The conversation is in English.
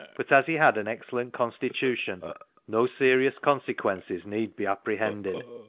but as he had an excellent constitution no serious consequences need be apprehended.